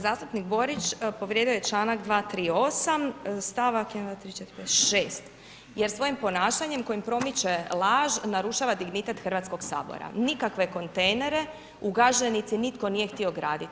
Zastupnik Borić povrijedio je čl. 238. stavak 6. Jer svojim ponašanjem, kojim promiče laž, narušava dignitet Hrvatskog sabora, nikakve kontejnere, u Gaženici nitko nije htio graditi.